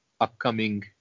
upcoming